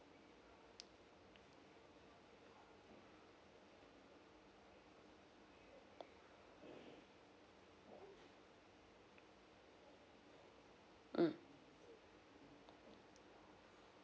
mm